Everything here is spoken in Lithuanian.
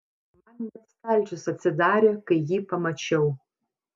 man net stalčius atsidarė kai jį pamačiau